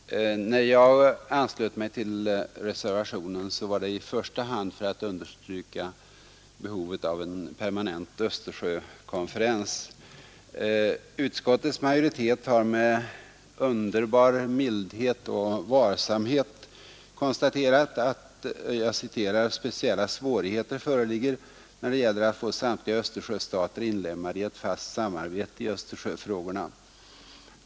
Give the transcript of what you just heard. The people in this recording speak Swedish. Herr talman! När jag anslöt mig till reservationen var det i första hand för att understryka behovet av en permanent Östersjökonferens. Utskottets majoritet har med underbar mildhet och varsamhet konstaterat att ”speciella svårigheter föreligger när det gäller att få samtliga Östersjöstater inlemmade i ett fast samarbete i Östersjöfrågorna”.